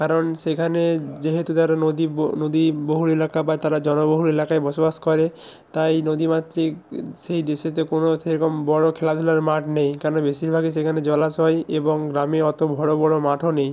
কারণ সেখানে যেহেতু তারা নদী বো নদীবহুল এলাকা বা তারা জনবহুল এলাকায় বসবাস করে তাই নদীমাতৃক সেই দেশেতে কোনো সেরকম বড়ো খেলাধুলার মাঠ নেই কেন বেশিরভাগই সেখানে জলাশয় এবং গ্রামে অতো বড়ো বড়ো মাঠও নেই